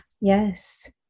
Yes